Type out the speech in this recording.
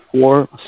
four